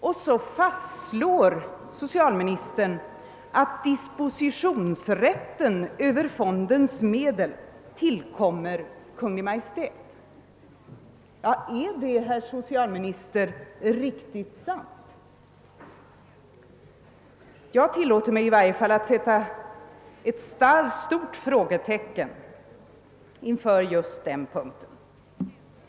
Därefter fastslår socialministern att dispositionsrätten över fondens medel tillkommer Kungl. Maj:t. är det, herr socialminister, riktigt sant? Jag tillåter mig i varje fall att sätta ett stort frågetecken för den saken.